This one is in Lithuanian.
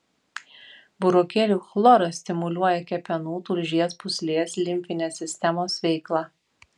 burokėlių chloras stimuliuoja kepenų tulžies pūslės limfinės sistemos veiklą